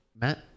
Matt